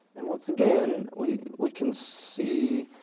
and once again, we we can see